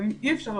לפעמים אי אפשר,